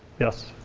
yes?